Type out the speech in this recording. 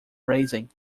raising